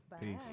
Peace